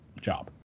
job